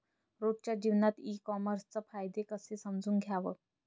रोजच्या जीवनात ई कामर्सचे फायदे कसे समजून घ्याव?